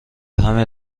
همین